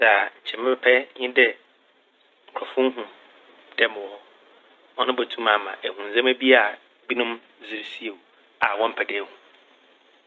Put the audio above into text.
Dza nkyɛ merepɛ nye dɛ nkorɔfo nnhu m' dɛ mowɔ hɔ. Ɔno botum ama eehu ndzɛmba bi a binom dze sie wo a wɔmmpɛ dɛ ehu.